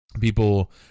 people